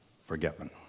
forgiven